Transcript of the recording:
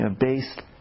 based